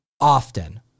often